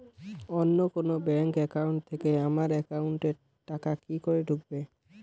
অন্য কোনো bank account থেকে আমার একাউন্ট এ টাকা কি করে ঢুকবে?